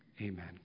amen